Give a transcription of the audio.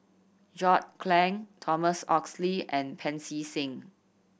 John Clang Thomas Oxley and Pancy Seng